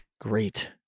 Great